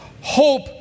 Hope